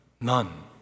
None